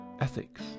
ethics